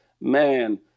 Man